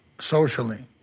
socially